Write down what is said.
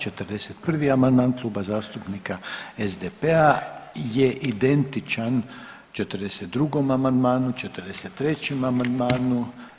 41. amandman Kluba zastupnika SDP-a je identičan 42. amandmanu, 43. amandmanu.